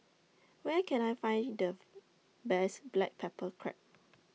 Where Can I Find The Best Black Pepper Crab